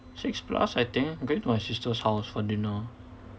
six plus I think I'm going to my sister's house for dinner